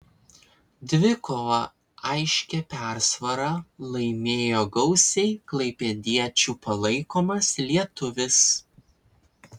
dvikovą aiškia persvara laimėjo gausiai klaipėdiečių palaikomas lietuvis